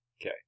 Okay